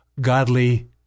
godly